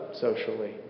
socially